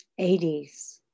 80s